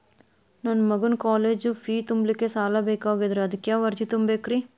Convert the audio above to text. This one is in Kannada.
ನನ್ನ ಮಗನ ಕಾಲೇಜು ಫೇ ತುಂಬಲಿಕ್ಕೆ ಸಾಲ ಬೇಕಾಗೆದ್ರಿ ಅದಕ್ಯಾವ ಅರ್ಜಿ ತುಂಬೇಕ್ರಿ?